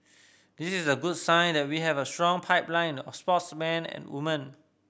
this is a good sign that we have a strong pipeline of sportsmen and women